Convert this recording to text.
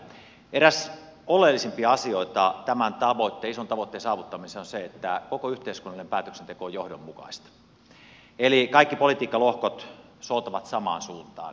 eräs oleellisimpia asioita tämän ison tavoitteen saavuttamisessa on se että koko yhteiskunnallinen päätöksenteko on johdonmukaista eli kaikki politiikkalohkot soutavat samaan suuntaan